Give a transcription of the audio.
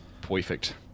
Perfect